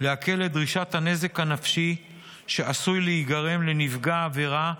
להקל את דרישת הנזק הנפשי שעשוי להיגרם לנפגע העבירה,